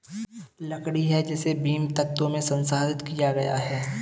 लकड़ी है जिसे बीम, तख्तों में संसाधित किया गया है